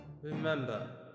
Remember